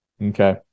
Okay